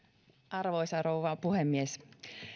arvoisa rouva puhemies